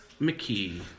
McKee